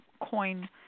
coin